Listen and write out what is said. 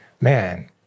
man